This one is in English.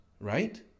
right